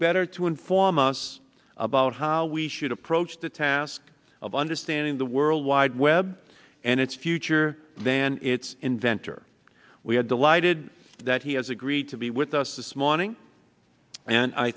better to inform us about how we should approach the task of understanding the world wide web and its future than its inventor we are delighted that he has agreed to be with us this morning and i